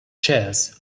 chairs